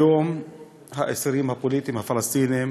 היום האסירים הפוליטיים הפלסטינים